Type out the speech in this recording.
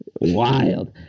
wild